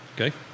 Okay